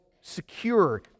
secure